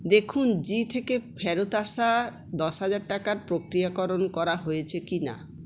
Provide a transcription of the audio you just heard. দেখুন জী থেকে ফেরত আসা দশ হাজার টাকার প্রক্রিয়াকরণ করা হয়েছে কিনা